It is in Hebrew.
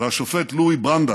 והשופט לואי ברנדייס,